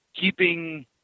keeping